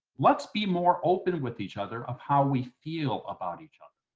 let's be more open with each other of how we feel about each other,